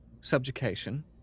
subjugation